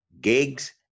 gigs